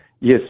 Yes